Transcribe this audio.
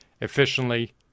efficiently